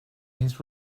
his